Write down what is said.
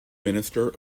minister